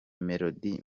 melody